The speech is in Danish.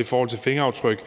I forhold til fingeraftryk